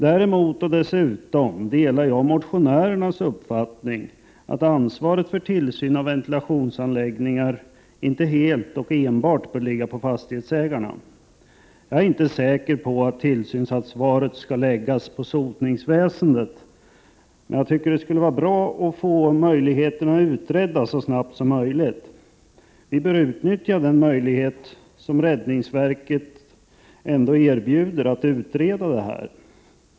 Däremot och dessutom delar jag motionärernas uppfattning att ansvaret för tillsyn av ventilationsanläggningar inte helt och enbart bör ligga på fastighetsägarna. Jag är inte säker på att tillsynsansvaret skall läggas på sotningsväsendet, men jag tycker det skulle vara bra att få möjligheterna utredda så snabbt som möjligt. Vi bör utnyttja den möjlighet räddningsverket ändå erbjuder att utreda detta.